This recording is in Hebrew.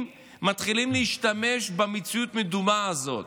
מתחילים להשתמש במציאות המדומה הזאת.